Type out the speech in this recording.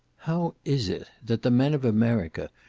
how is it that the men of america,